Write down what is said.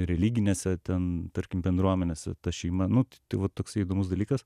religinėse ten tarkim bendruomenėse ta šeima nu tai va toksai įdomus dalykas